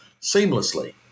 seamlessly